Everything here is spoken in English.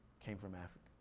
came from africa.